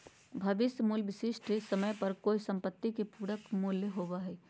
भविष्य मूल्य विशिष्ट समय पर कोय सम्पत्ति के पूरक मूल्य होबो हय